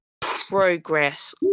progress